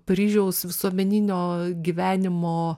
paryžiaus visuomeninio gyvenimo